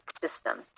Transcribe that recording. system